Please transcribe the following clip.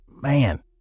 man